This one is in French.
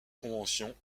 convention